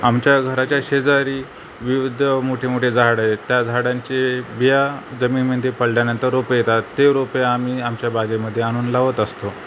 आमच्या घराच्या शेजारी विविध मोठे मोठे झाड आहेत त्या झाडांचे बिया जमीनीमध्ये पडल्यानंतर रोप येतात ते रोपे आम्ही आमच्या बागेमध्ये आ आणून लावत असतो